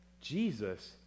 Jesus